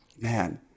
Man